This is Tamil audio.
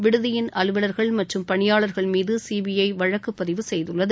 விடுதியின் அலுவலர்கள் மற்றும் பணியாளர்கள் மீது சிபிஐ வழக்கு பதிவு செய்துள்ளது